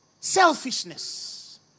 selfishness